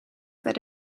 that